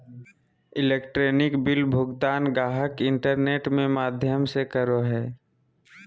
electronic bill भुगतान गाहक internet में माध्यम से करो हइ